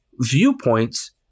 viewpoints